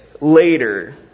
later